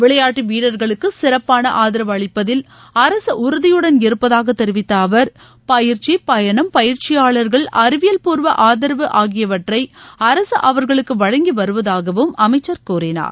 விளையாட்டு வீரர்களுக்கு சிறப்பான ஆதரவு அளிப்பதில் அரசு உறுதியுடன் இருப்பதாக தெிவித்த அவர் பயிற்சி பயணம் பயிற்சியாளர்கள் அறிவியல்பூர்வ ஆதரவு ஆகியவற்றை அரசு அவர்களுக்கு வழங்கி வருவதாகவும் அமைச்சா கூறினார்